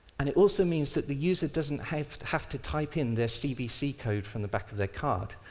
and it also means that the user doesn't have have to type in their cvc code from the back of their card,